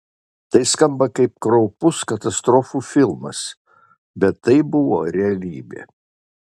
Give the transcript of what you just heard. tai skamba kaip kraupus katastrofų filmas bet tai buvo realybė